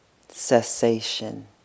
cessation